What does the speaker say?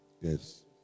Yes